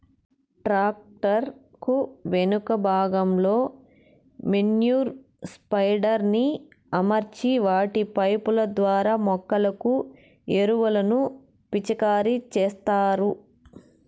tractor కు వెనుక భాగంలో మేన్యుర్ స్ప్రెడర్ ని అమర్చి వాటి పైపు ల ద్వారా మొక్కలకు ఎరువులను పిచికారి చేత్తారు